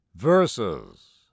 Verses